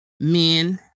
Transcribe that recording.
Men